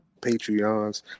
Patreons